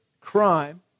crime